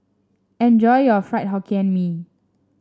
enjoy your Fried Hokkien Mee